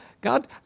God